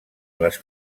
les